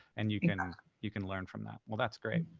and you can and um you can learn from that. well that's great.